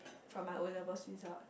from my O-levels result